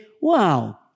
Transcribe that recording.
Wow